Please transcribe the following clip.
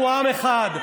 אנחנו עם אחד.